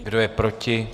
Kdo je proti?